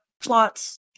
plots